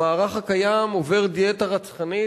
המערך הקיים עובר דיאטה רצחנית,